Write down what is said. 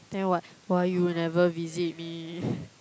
then what why you never visit me